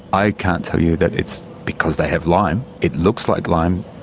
i can't tell you that it's because they have lyme. it looks like lyme,